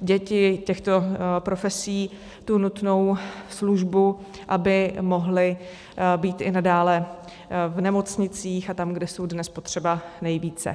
děti těchto profesí nutnou službu, aby mohli být i nadále v nemocnicích a tam, kde jsou dnes potřeba nejvíce.